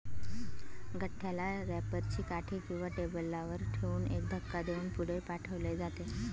गठ्ठ्याला रॅपर ची काठी किंवा टेबलावर ठेवून एक धक्का देऊन पुढे पाठवले जाते